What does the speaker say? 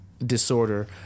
Disorder